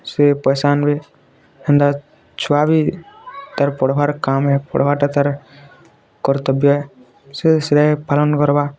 ସେ ପଇସା ଆନବେ ହେନ୍ତା ଛୁଆ ବି ତାର୍ ପଢ଼୍ବାର୍ କାମ୍ ହେ ପଢ଼୍ବାଟା ତାର୍ କର୍ତ୍ତବ୍ୟ ହେ ସେ ସେଟାକେ ପାଳନ କରବା